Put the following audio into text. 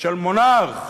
של מונרך